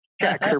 jack